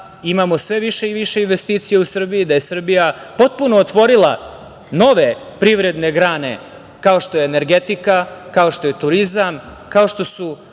imamo sve više i više investicija u Srbiji, da je Srbija potpuno otvorila nove privredne grane, kao što je energetika, kao što je turizam, kao što su